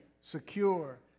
secure